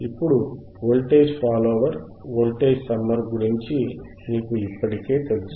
ఇప్పుడు voltage follower voltage summer గురించి మీకు ఇప్పటికే తెలుసు